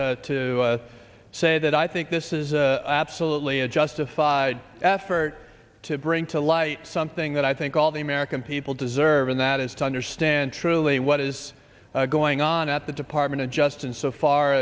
to say that i think this is a absolutely a justified effort to bring to light something that i think all the american people deserve and that is to understand truly what is going on at the department of justice so